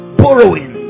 borrowing